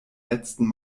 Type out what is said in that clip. letzten